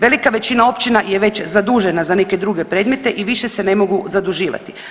Velika većina općina je već zadužena za neke druge predmete i više se ne mogu zaduživati.